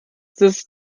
das